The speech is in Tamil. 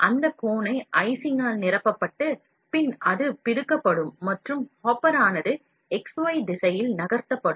அந்த cone ஐ ice ஆல் நிரப்பப்பட்டு பின் அது பிதுக்கப்படும் மற்றும் hopper ஆனது x y திசையில் நகர்த்தப்படும்